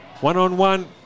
One-on-one